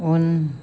उन